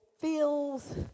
feels